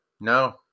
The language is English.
No